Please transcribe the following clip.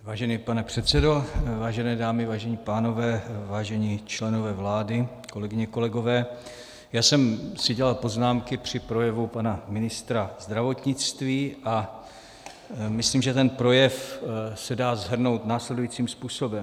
Vážený pane předsedo, vážené dámy, vážení pánové, vážení členové vlády, kolegyně, kolegové, já jsem si dělal poznámky při projevu pana ministra zdravotnictví a myslím, že ten projev se dá shrnout následujícím způsobem.